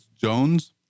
Jones